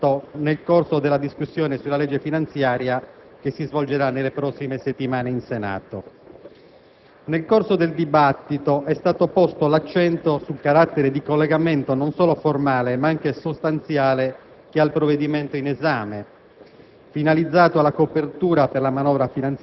dei quali il Governo terrà debitamente conto nel corso della discussione sulla legge finanziaria che si svolgerà nelle prossime settimane in Senato. Nel corso del dibattito è stato posto l'accento sul carattere di collegamento non solo formale, ma anche sostanziale che ha il provvedimento in esame,